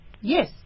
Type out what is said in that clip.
Yes